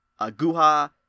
Aguja